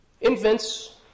Infants